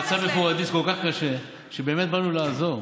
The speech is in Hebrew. המצב בפוריידיס כל כך קשה שבאמת באנו לעזור,